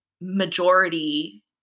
majority